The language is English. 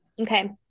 Okay